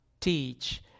teach